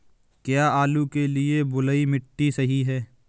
क्या आलू के लिए बलुई मिट्टी सही है?